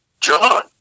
John